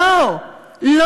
כמו ילד קטן: הרוב קובע.